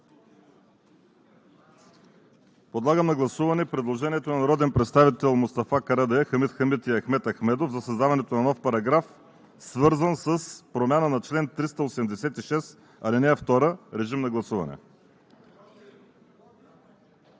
Подлагам на гласуване предложението на народните представители Мустафа Карадайъ, Хамид Хамид и Ахмед Ахмедов за създаването на нов параграф, свързан с промяна на чл. 386, ал. 2. Гласували